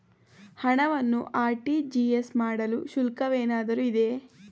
ಹಣವನ್ನು ಆರ್.ಟಿ.ಜಿ.ಎಸ್ ಮಾಡಲು ಶುಲ್ಕವೇನಾದರೂ ಇದೆಯೇ?